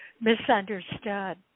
misunderstood